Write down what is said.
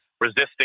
resisting